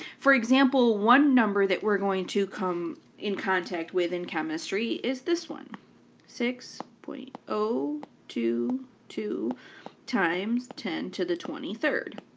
for example, one number that we're going to come in contact with in chemistry is this one six point zero two two times ten to the twenty third.